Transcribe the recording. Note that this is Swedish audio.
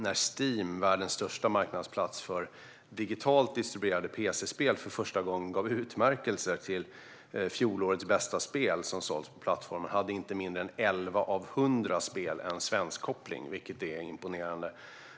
När Steam - världens största marknadsplats för digitalt distribuerade pc-spel - för första gången gav utmärkelse till fjolårets bästa spel som hade sålts på plattformen hade inte mindre än 11 av 100 spel en svensk koppling, vilket är imponerande.